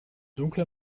dunkle